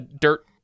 dirt